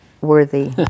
worthy